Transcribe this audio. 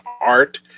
art